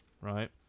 right